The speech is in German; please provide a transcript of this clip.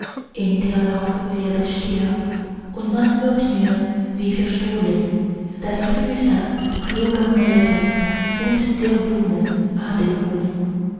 in der laube wird es stiller und man hört nur wie verstohlen das geflüster kluger myrten und der blumen atemholen